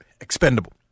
expendable